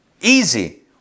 Easy